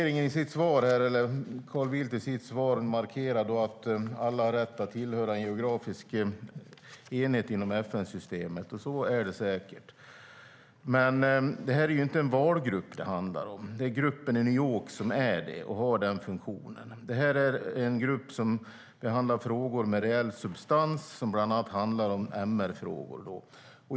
I sitt svar markerar Carl Bildt att alla har rätt att tillhöra en geografisk enhet inom FN-systemet. Så är det säkert. Men här handlar det inte om en valgrupp - det är gruppen i New York som har den funktionen - utan om en grupp som behandlar frågor med reell substans, bland annat MR-frågor.